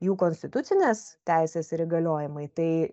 jų konstitucinės teisės ir įgaliojimai tai